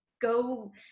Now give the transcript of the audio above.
go